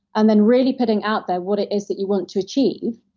and then really putting out there what it is that you want to achieve.